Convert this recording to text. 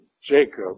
Jacob